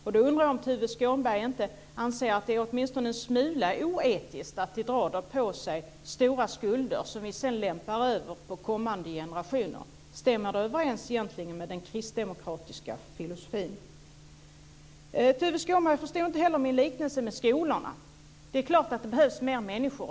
Jag undrar om Tuve Skånberg inte anser att det är åtminstone en smula oetiskt att i dag dra på sig stora skulder som vi sedan lämpar över på kommande generationer. Stämmer det egentligen överens med den kristdemokratiska filosofin? Tuve Skånberg förstod inte heller min liknelse med skolorna. Det är klart att det behövs mer människor.